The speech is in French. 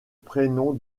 prénom